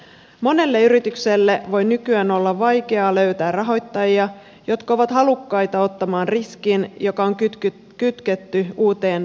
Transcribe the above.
monelle yritykselle voi nykyään olla vaikeaa löytää rahoittajia jotka ovat halukkaita ottamaan riskin joka on kytketty uuteen toimintaan